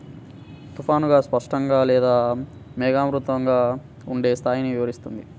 తుఫానుగా, స్పష్టంగా లేదా మేఘావృతంగా ఉండే స్థాయిని వివరిస్తుంది